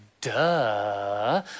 duh